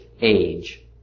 age